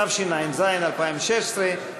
התשע"ז 2016,